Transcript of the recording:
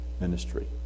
ministry